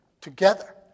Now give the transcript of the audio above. together